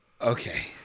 Okay